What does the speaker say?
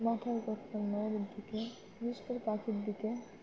মাথায় করতাম না ওদের দিকে বিশেষ করে পাখির দিকে